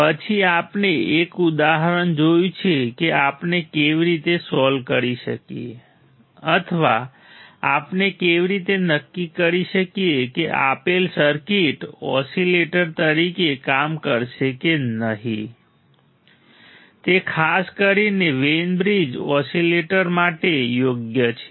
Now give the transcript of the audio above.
પછી આપણે એક ઉદાહરણ જોયું કે આપણે કેવી રીતે સોલ્વ કરી શકીએ અથવા આપણે કેવી રીતે નક્કી કરી શકીએ કે આપેલ સર્કિટ ઓસીલેટર તરીકે કામ કરશે કે નહીં તે ખાસ કરીને વેઈન બ્રિજ ઓસીલેટર માટે યોગ્ય છે